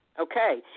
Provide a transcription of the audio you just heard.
Okay